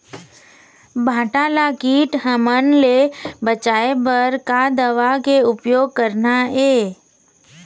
भांटा ला कीट हमन ले बचाए बर का दवा के उपयोग करना ये?